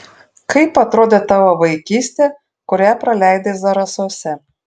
kaip atrodė tavo vaikystė kurią praleidai zarasuose